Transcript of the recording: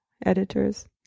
editors